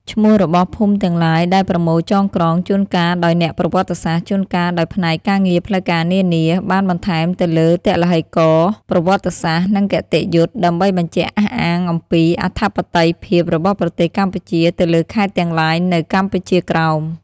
ឈ្មោះរបស់ភូមិទាំងឡាយដែលប្រមូលចង ក្រង ជួនកាលដោយអ្នកប្រវត្តិសាស្ត្រ ជួនកាលដោយផ្នែកការងារផ្លូវការនានា បានបន្ថែមទៅលើទឡឹករណ៍ប្រវត្តិសាស្ត្រ និងគតិយុត្តិ ដើម្បីបញ្ជាក់អះអាងអំពី អធិបតីភាពរបស់ប្រទេសកម្ពុជាទៅលើខេត្តទាំងឡាយនៅកម្ពុជាក្រោម ។